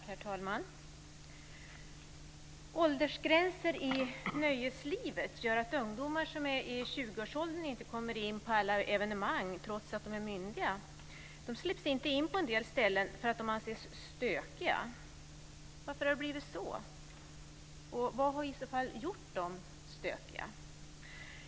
Herr talman! Åldersgränser i nöjeslivet gör att ungdomar i 20-årsåldern inte kommer in på alla evenemang trots att de är myndiga. De släpps inte in på en del ställen därför att de anses stökiga. Varför har det blivit så, och vad har i så fall gjort dem stökiga?